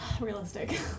Realistic